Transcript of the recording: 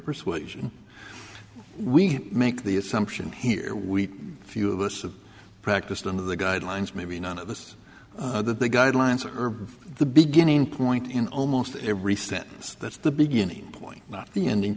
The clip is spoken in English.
persuasion we make the assumption here we few of us have practiced under the guidelines maybe none of this is that the guidelines or the beginning point in almost every sentence that's the beginning point not the ending